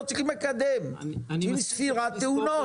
לא צריכים מקדם, עם ספירת תאונות.